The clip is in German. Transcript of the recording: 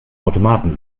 automaten